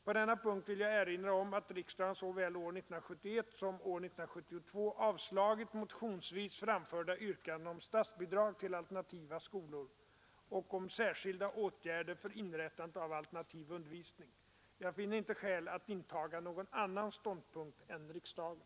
På denna punkt vill jag erinra om att riksdagen såväl år 1971 som år 1972 avslagit motions framförda yrkanden om statsbidrag till alternativa skolor och om särskilda åtgärder för inrättande av alternativ undervisning. Jag finner inte skäl att intaga någon annan ståndpunkt än riksdagen.